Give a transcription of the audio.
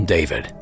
David